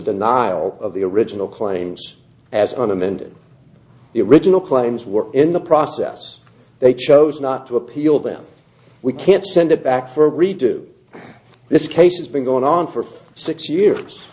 denial of the original claims as on amending the original claims were in the process they chose not to appeal them we can't send them back for a redo this case has been going on for six years